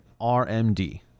RMD